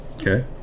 okay